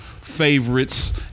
favorites